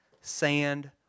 Sand